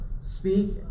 speak